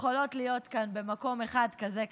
יכולים להיות כאן במקום אחד כזה קטן.